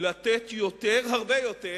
לתת יותר, הרבה יותר